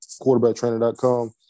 QuarterbackTrainer.com